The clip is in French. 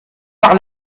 par